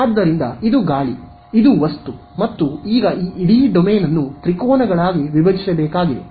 ಆದ್ದರಿಂದ ಇದು ಗಾಳಿ ಇದು ವಸ್ತು ಮತ್ತು ಈಗ ಈ ಇಡೀ ಡೊಮೇನ್ ಅನ್ನು ತ್ರಿಕೋನಗಳಾಗಿ ವಿಭಜಿಸಬೇಕಾಗಿದೆ